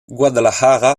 guadalajara